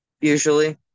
usually